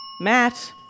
Matt